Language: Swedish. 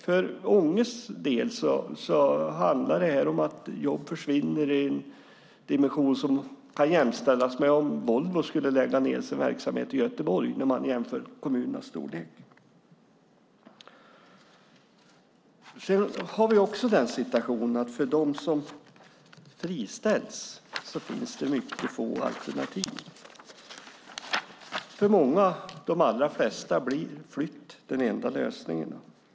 För Ånges del handlar det om att jobb försvinner i den dimension som kan jämställas med om Volvo skulle lägga ned sin verksamhet i Göteborg när man jämför kommunernas storlek. Vi har också den situationen att för dem som friställs finns mycket få alternativ. För många, de allra flesta, blir flytt den enda lösningen.